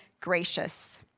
gracious